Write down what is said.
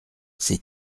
c’est